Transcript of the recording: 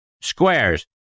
Squares